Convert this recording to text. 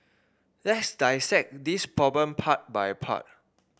let's dissect this problem part by part